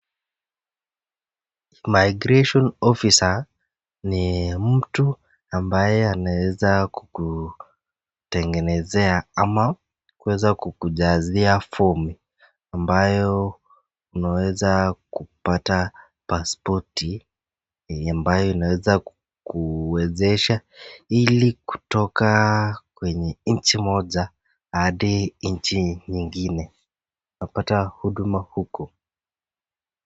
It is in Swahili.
Immigration officer ni mtu ambaye anaweza kukutengenezea ama kuweza kukujazia fumu, ambayo unaweza kupata paspoti ambayo inaweza kuwezesha ili kutoka kwenye nchi moja hadi nchi nyingine unapata huduma hukko.